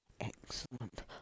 excellent